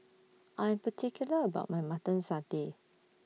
I'm particular about My Mutton Satay